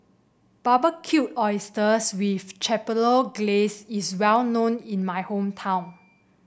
Barbecued Oysters with Chipotle Glaze is well known in my hometown